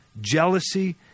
jealousy